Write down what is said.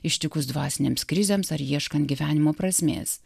ištikus dvasinėms krizėms ar ieškant gyvenimo prasmės